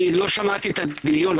לא שמעתי את הדיון.